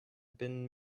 been